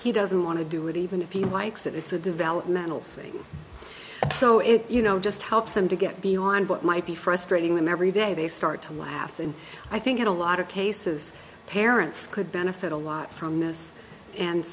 he doesn't want to do it even if he likes it it's a developmental thing so it you know just helps them to get beyond what might be frustrating them every day they start to laugh and i think in a lot of cases parents could benefit a lot from this and